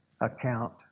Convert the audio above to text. account